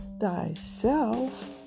thyself